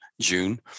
June